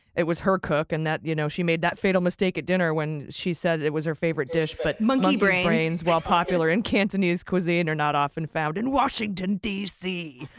it was her cook, and you know she made that fatal mistake at dinner when she said it it was her favorite dish, but monkey brains, while popular in cantonese cuisine, are not often found in washington, d. c.